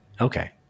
okay